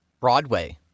Broadway